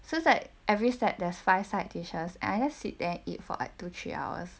so it's like every set there's five side dishes and I just sit there eat for up to three hours